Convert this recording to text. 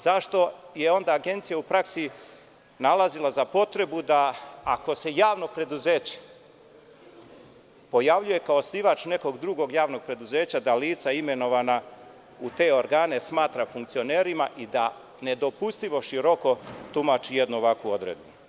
Zašto je onda Agencija u praksi nalazila za potrebu da, ako se javno preduzeće pojavljuje kao osnivač nekog drugog javnog preduzeća, lica imenovana u te organe smatra funkcionerima i da nedopustivo široko tumači jednu ovakvu odredbu?